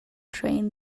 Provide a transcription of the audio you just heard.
train